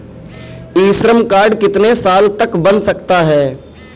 ई Shram card कितने साल तक बन सकता है?